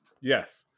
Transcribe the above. Yes